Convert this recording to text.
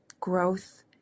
growth